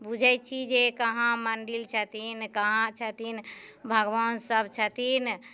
बुझै छी जे कहाँ मन्दिर छथिन कहाँ छथिन भगवान सभ छथिन